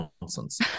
nonsense